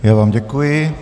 Já vám děkuji.